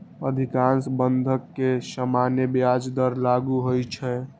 अधिकांश बंधक मे सामान्य ब्याज दर लागू होइ छै